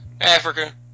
Africa